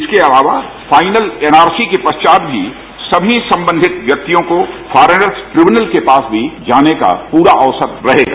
इसके अलावा final NRC के पश्चात ही सभी संबंधित व्यक्तियों को फोरनर्स क्रिमिनल्स के पास भी जाने का पूरा अवसर रहेगा